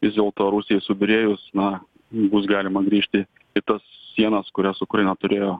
vis dėlto rusijai subyrėjus na bus galima grįžti į tas sienas kurias ukraina turėjo